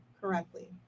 correctly